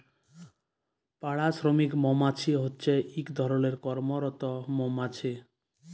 পাড়া শ্রমিক মমাছি হছে ইক ধরলের কম্মরত মমাছি